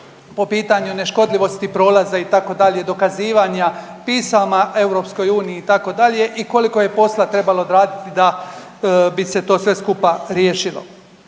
po pitanju neškodljivosti prolaza itd., dokazivanja, pisama EU itd. i koliko je posla trebalo odraditi da bi se to sve skupa riješilo.